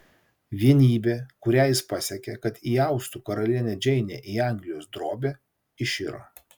vienybė kurią jis pasiekė kad įaustų karalienę džeinę į anglijos drobę iširo